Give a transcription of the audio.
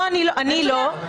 אני לא,